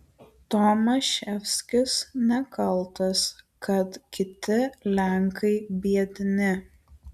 tomaševskis nekaltas kad kiti lenkai biedni